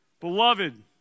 Beloved